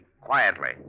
Quietly